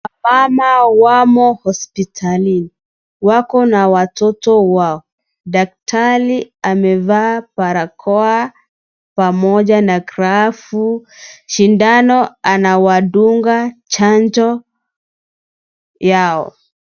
Wamama wamo hospitalini, wako na watoto wao. Daktari amevaa barakoa pamoja na glavu. Sindano anawadunga chanjo yao.